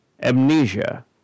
amnesia